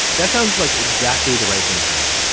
that sounds like exactly the right thing to do.